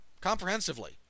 Comprehensively